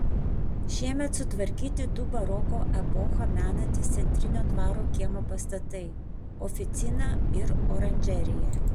šiemet sutvarkyti du baroko epochą menantys centrinio dvaro kiemo pastatai oficina ir oranžerija